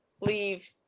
leave